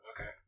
Okay